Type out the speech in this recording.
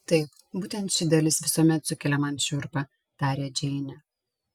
taip būtent ši dalis visuomet sukelia man šiurpą tarė džeinė